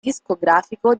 discografico